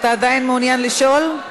אתה עדיין מעוניין לשאול?